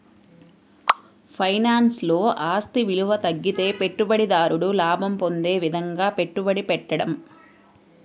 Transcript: ఫైనాన్స్లో, ఆస్తి విలువ తగ్గితే పెట్టుబడిదారుడు లాభం పొందే విధంగా పెట్టుబడి పెట్టడం